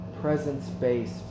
presence-based